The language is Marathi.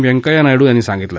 व्यंकय्या नायडू यांनी सांगितलं